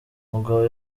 mugabo